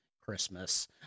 christmas